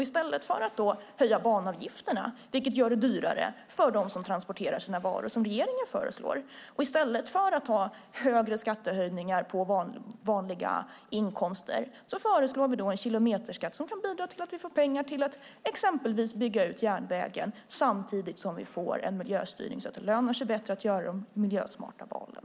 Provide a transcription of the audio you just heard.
I stället för att höja banavgifterna, som regeringen föreslår, och göra det dyrare för dem som transporterar sina varor på järnväg, och i stället för skattehöjningar på vanliga inkomster föreslår vi en kilometerskatt som kan bidra till att vi får pengar för att exempelvis bygga ut järnvägen. Samtidigt får vi då en miljöstyrning så att det lönar sig bättre att göra de miljösmarta valen.